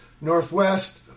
Northwest